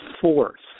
force